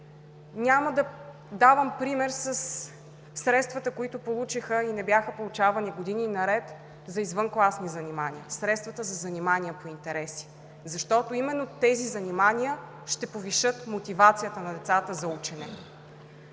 Няма да давам пример със средствата, които получиха и не бяха получавани години наред за извънкласни занимания, средствата за занимания по интереси, защото именно тези занимания ще повишат мотивацията на децата за учене.